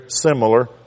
similar